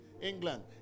England